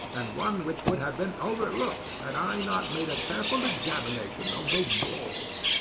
and one which would have been overlooked had i not made a careful examination of the walls.